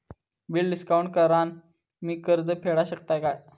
Bill discount करान मी कर्ज फेडा शकताय काय?